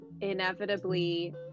inevitably